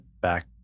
back